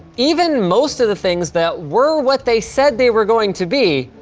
even most of the things that were what they said they were going to be,